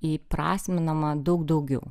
įprasminama daug daugiau